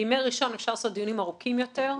בימי ראשון אפשר לעשות דיונים ארוכים יותר,